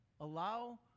Allow